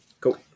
Cool